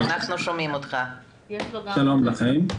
שלום לכם.